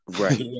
Right